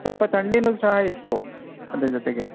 ಸ್ವಲ್ಪ ಥಂಡಿನೂ ಸಹ ಇತ್ತು ಅದರ ಜೊತೆಗೆ